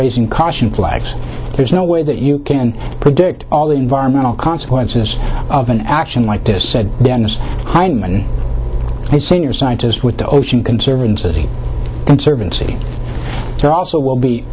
raising caution flags there's no way that you can predict all the environmental consequences of an action like this said dennis heineman a senior scientist with the ocean conservancy conservancy there also will be